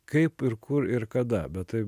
kaip ir kur ir kada bet tai